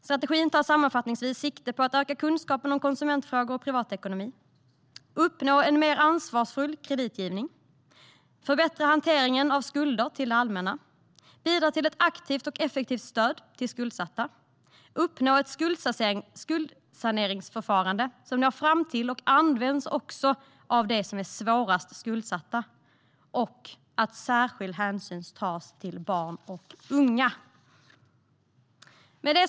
Strategin tar sammanfattningsvis sikte på att öka kunskaperna om konsumentfrågor och privatekonomi, att uppnå en mer ansvarsfull kreditgivning, att förbättra hanteringen av skulder till det allmänna, att bidra till ett aktivt och effektivt stöd till skuldsatta, att uppnå ett skuldsaneringsförfarande som når fram till och används också av de svårast skuldsatta och att särskild hänsyn ska tas till barn och unga.